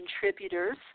contributors